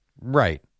Right